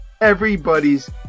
everybody's